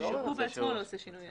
שהוא בעצמו לא עושה שינוי.